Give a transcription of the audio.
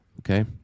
okay